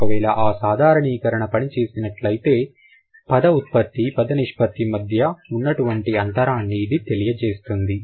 ఒకవేళ అ సాధారణీకరణ పని చేసినట్లైతే పద ఉత్పత్తి పద నిష్పత్తి మధ్య ఉన్నటువంటి అంతరాన్ని ఇది తెలియజేస్తుంది